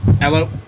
hello